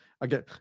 again